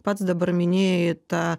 pats dabar minėjai tą